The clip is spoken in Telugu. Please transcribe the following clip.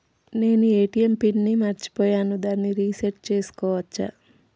నేను ఏ.టి.ఎం పిన్ ని మరచిపోయాను దాన్ని రీ సెట్ చేసుకోవచ్చా?